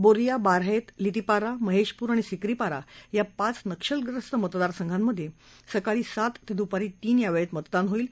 बोरिया बारह्या लितिपारा महेशपूर आणि सिकरीपारा या पाच नक्षलग्रस्त मतदारसंघांमधे सकाळी सात ते दूपारी तीन या वेळेत मतदान होईल